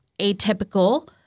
atypical